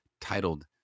titled